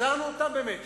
יצרנו אותם ב"מצ'ינג",